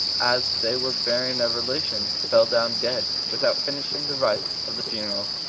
as they were burying a relation, fell down dead, without finishing the rites of the funeral.